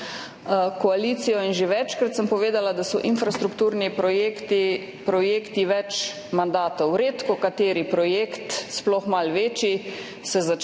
koalicijo. Večkrat sem že povedala, da so infrastrukturni projekti projekti več mandatov. Redkokateri projekt, sploh malo večji, se začne